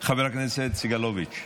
חבר הכנסת סגלוביץ'.